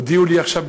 הודיעו לי עכשיו,